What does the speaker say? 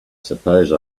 suppose